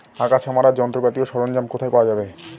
আগাছা মারার যন্ত্রপাতি ও সরঞ্জাম কোথায় পাওয়া যাবে?